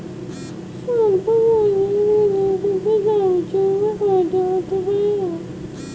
স্বল্প পুঁজির ঋণের ক্ষেত্রে সর্ব্বোচ্চ সীমা কী হতে পারে?